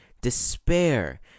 Despair